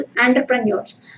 entrepreneurs